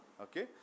okay